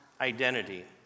identity